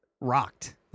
rocked